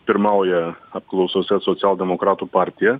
pirmauja apklausose socialdemokratų partija